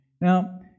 Now